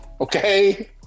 okay